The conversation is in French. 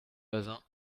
bazin